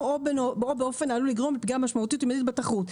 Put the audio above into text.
או באופן העלול לגרום פגיעה משמעותית ומידית בתחרות.